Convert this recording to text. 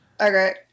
Okay